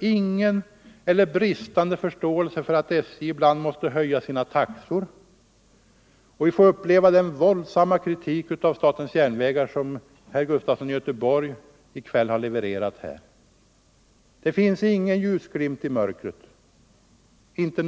ingen eller mycket bristande förståelse för att SJ ibland måste höja sina taxor, och vi får uppleva den våldsamma kritik av statens järnvägar som herr Gustafson i Göteborg i kväll har levererat. Det finns ingen ljusglimt i mörkret.